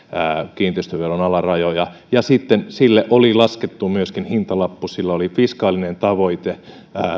kiinteistöveron alarajoja ja sitten sille oli laskettu myöskin hintalappu sillä oli fiskaalinen tavoite